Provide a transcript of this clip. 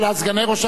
השרים,